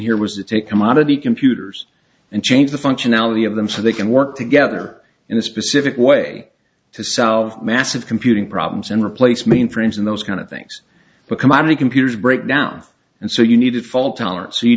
here was to take commodity computers and change the functionality of them so they can work together in a specific way to solve massive computing problems and replace mainframes and those kind of things but commodity computers breakdowns and so you needed fault toleran